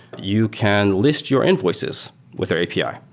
you can list your invoices with their api.